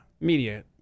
media